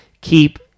Keep